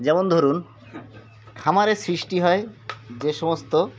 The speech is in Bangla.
যেমন ধরুন খামারের সৃষ্টি হয় যে সমস্ত